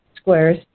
squares